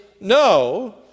No